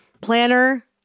planner